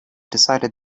decided